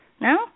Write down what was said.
No